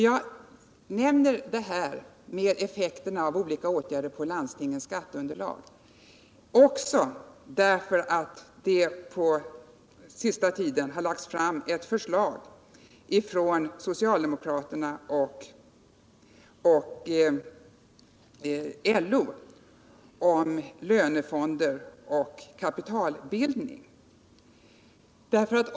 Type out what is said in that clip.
Jag nämner de här effekterna av olika åtgärder på landstingens skatteunderlag, därför att det under den senaste tiden har lagts fram ett förslag av socialdemokraterna och LO om löntagarfonder och kapitalbildning.